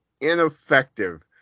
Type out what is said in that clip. ineffective